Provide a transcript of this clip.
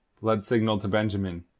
blood signalled to benjamin,